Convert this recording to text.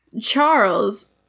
Charles